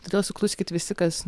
todėl sukluskit visi kas